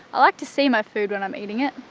i like to see my food when i'm eating it,